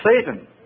Satan